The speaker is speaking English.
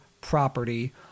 property